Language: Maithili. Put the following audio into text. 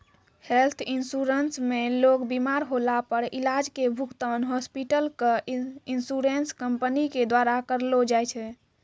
हेल्थ इन्शुरन्स मे लोग बिमार होला पर इलाज के भुगतान हॉस्पिटल क इन्शुरन्स कम्पनी के द्वारा करलौ जाय छै